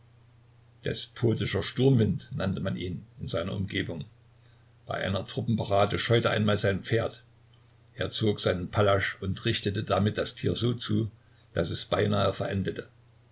despotischer sturmwind nannte man ihn in seiner umgebung bei einer truppenparade scheute einmal sein pferd er zog seinen pallasch und richtete damit das tier so zu daß es beinahe verendete